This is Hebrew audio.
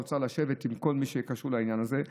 ולשבת עם כל מי שקשור לעניין הזה באוצר.